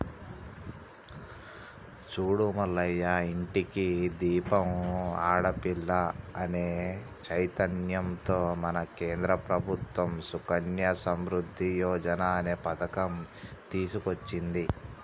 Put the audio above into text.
చూడు మల్లయ్య ఇంటికి దీపం ఆడపిల్ల అనే చైతన్యంతో మన కేంద్ర ప్రభుత్వం సుకన్య సమృద్ధి యోజన అనే పథకం తీసుకొచ్చింది